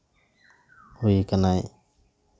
ᱦᱩᱭ ᱠᱟᱱᱟᱭ